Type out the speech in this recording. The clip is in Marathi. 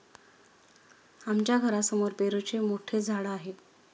आमच्या घरासमोर पेरूचे मोठे झाड आहे